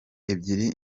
ebyiri